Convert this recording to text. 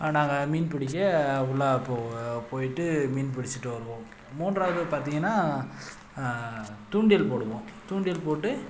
நாங்கள் மீன் பிடிக்க உலா போ போய்ட்டு மீன் பிடித்திட்டு வருவோம் மூன்றாவது பார்த்திங்கன்னா தூண்டில் போடுவோம் தூண்டில் போட்டு